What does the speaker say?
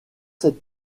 cette